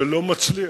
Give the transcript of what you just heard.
זה לא מצליח,